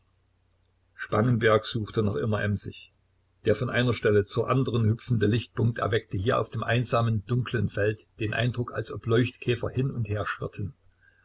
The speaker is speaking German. spangenberg suchte noch immer emsig der von einer stelle zur andern hüpfende lichtpunkt erweckte hier auf dem einsamen dunklen felde den eindruck als ob leuchtkäfer hin und herschwirrten